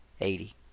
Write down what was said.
eighty